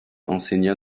enseigna